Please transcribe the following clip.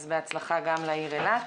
אז בהצלחה גם לעיר אילת.